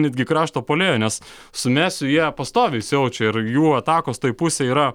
netgi krašto puolėju nes su mesiu jie pastoviai siaučia ir jų atakos toj pusėj yra